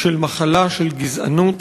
של מחלה של גזענות